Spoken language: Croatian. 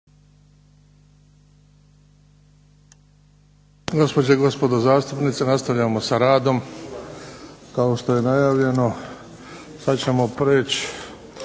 Gospođe i gospodo zastupnice, nastavljamo sa radom. Kao što je najavljeno sad ćemo preć